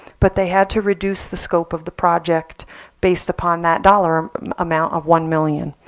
but they had to reduce the scope of the project based upon that dollar amount of one million